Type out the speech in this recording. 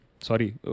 Sorry